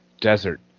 desert